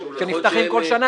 שנפתחים בכל שנה.